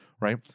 right